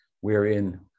wherein